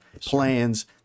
plans